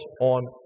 on